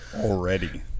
Already